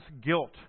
guilt